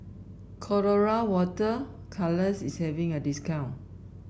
Colora Water Colours is having a discount